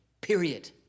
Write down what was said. Period